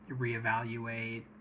reevaluate